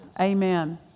Amen